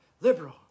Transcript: liberal